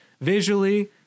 visually